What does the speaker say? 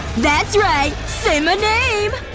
that's right! say my name!